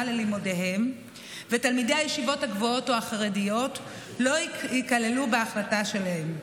ללימודיהם ותלמידי הישיבות הגבוהות או החרדיות לא ייכללו בהחלטה שלו.